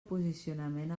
posicionament